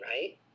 right